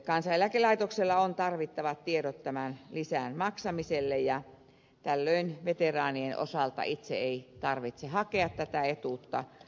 kansaneläkelaitoksella on tarvittavat tiedot tämän lisän maksamiselle ja tällöin veteraanien itse ei tarvitse hakea tätä etuutta